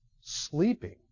Sleeping